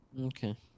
Okay